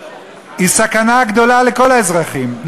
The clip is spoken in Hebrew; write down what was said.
הם סכנה גדולה לכל האזרחים,